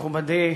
מכובדי